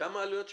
מה העלויות שלהם?